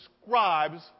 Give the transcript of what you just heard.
describes